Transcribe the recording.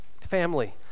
Family